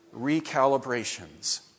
recalibrations